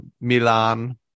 Milan